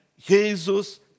Jesus